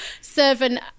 servant